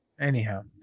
Anyhow